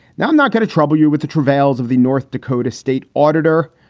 now, i'm not going to trouble you with the travails of the north dakota state auditor.